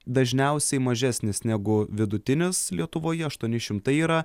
dažniausiai mažesnis negu vidutinis lietuvoje aštuoni šimtai yra